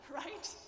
right